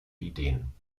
ideen